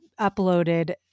uploaded